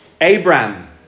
Abraham